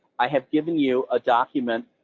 i have given you a document